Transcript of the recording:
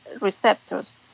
receptors